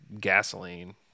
gasoline